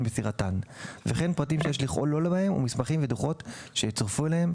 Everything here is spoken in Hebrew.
מסירתן וכן פרטים שיש לכלול בהן ומסמכים ודוחות שיצורפו אליה.